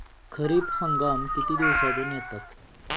खरीप हंगाम किती दिवसातून येतात?